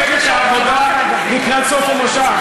מפלגת העבודה לקראת סוף המושב.